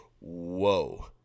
whoa